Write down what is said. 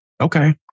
Okay